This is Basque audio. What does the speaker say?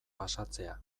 pasatzea